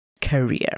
career